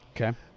Okay